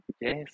Yes